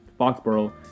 Foxborough